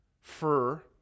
fur